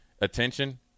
attention